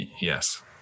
Yes